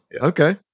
okay